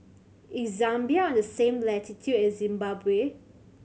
is Zambia on the same latitude as Zimbabwe